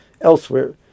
elsewhere